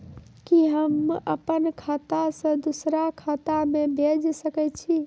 कि होम आप खाता सं दूसर खाता मे भेज सकै छी?